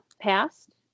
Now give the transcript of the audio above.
passed